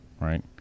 right